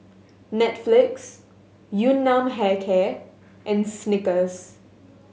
Netflix Yun Nam Hair Care and Snickers